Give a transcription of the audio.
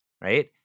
right